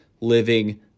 living